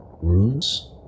runes